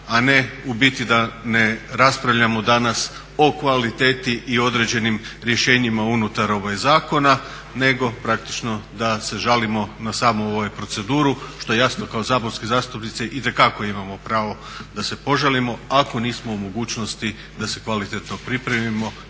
a ne u biti da ne raspravljamo danas o kvaliteti i određenim rješenjima unutar zakona, nego praktično da se žalimo na samu proceduru što jasno kao saborski zastupnici itekako imamo pravo da se požalimo ako nismo u mogućnosti da se kvalitetno pripremimo